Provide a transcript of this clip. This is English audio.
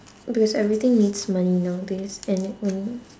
plus everything needs money nowadays and when